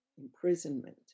imprisonment